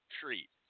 treat